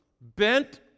bent